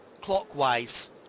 clockwise